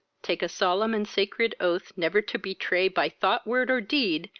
take a solemn and sacred oath never to betray, by thought, word or deed,